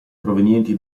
provenienti